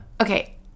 Okay